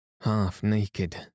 half-naked